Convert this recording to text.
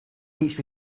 teach